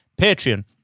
Patreon